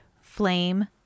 Flame